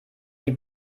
sie